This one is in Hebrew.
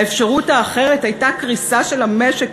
האפשרות האחרת הייתה קריסה של המשק,